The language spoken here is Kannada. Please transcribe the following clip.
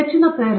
ಹೆಚ್ಚಿನ ಪ್ರೇರಣೆ